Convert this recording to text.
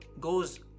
goes